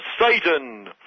SATAN